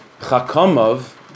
Chakamav